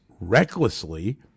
recklessly